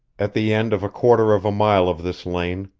at the end of a quarter of a mile of this lane,